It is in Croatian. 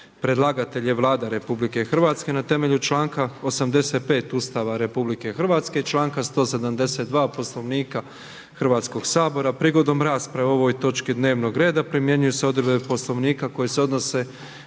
Predlagatelj je Vlada RH na temelju članka 85. Ustava RH i članka 172. Poslovnika Hrvatskoga sabora. Prigodom rasprave o ovoj točki dnevnog reda primjenjuju se odredbe Poslovnika koje se odnose